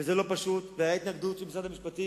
וזה לא פשוט, והיתה התנגדות של משרד המשפטים.